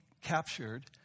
captured